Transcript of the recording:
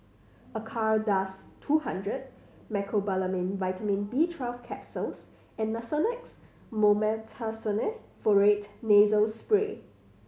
Acardust two hundred Mecobalamin Vitamin B Twelve Capsules and Nasonex Mometasone Furoate Nasal Spray